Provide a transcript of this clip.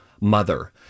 mother